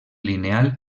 lineal